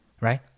right